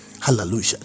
Hallelujah